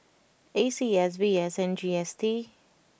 A C S V S and G S T